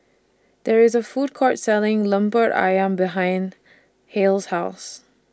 There IS A Food Court Selling Lemper Ayam behind Hale's House